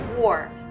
war